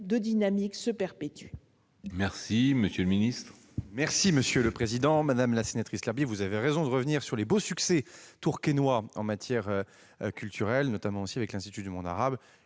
dynamique se perpétue